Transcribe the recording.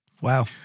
Wow